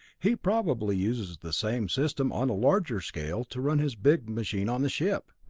he probably uses the same system on a larger scale to run his big machine on the ship.